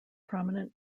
prominent